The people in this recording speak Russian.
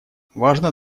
важно